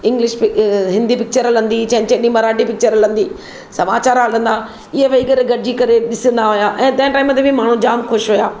English पि Hindi picture हलंदी छंछर ॾींहं मराठी पिक्चर हलंदी समाचार हलंदा इयं वेही करे गॾिजी करे ॾिसंदा हुआ ऐं तंहिं टाइम ते बि माण्हू जाम ख़ुशि हुआ